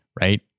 right